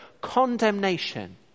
Condemnation